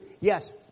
Yes